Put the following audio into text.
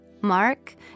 Mark